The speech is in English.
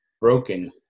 broken